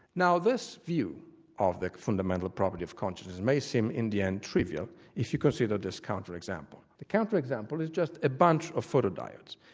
now this view of the fundamental property of consciousness may seem in the end trivial if you consider this counter example. the counter example is just a bunch of photodiodes.